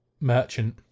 merchant